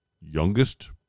Youngest